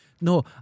No